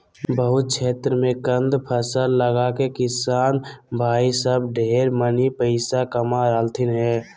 बहुत क्षेत्र मे कंद फसल लगाके किसान भाई सब ढेर मनी पैसा कमा रहलथिन हें